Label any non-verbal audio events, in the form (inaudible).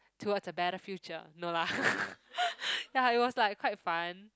towards the better future no lah (laughs) ya it was like quite fun